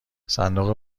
صندوق